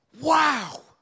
Wow